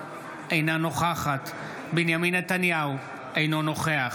אינה נוכחת בנימין נתניהו, אינו נוכח